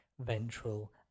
ventral